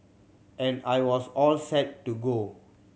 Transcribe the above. and I was all set to go